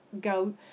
go